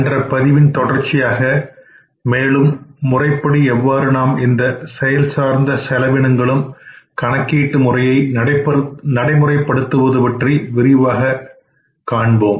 சென்ற பதிவின் தொடர்ச்சியாக மேலும் முறைப்படி எவ்வாறு நாம் இந்த செயல்சார்ந்த செலவினங்களும் கணக்கீட்டு முறையை நடைமுறைப்படுத்துவது பற்றி விரிவாக காண்போம்